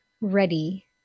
ready